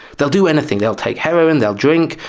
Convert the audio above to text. they'll do anything, they'll take heroin, they'll drink,